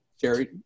Jerry